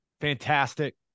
Fantastic